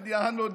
יענו,